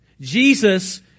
Jesus